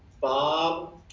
Bob